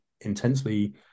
intensely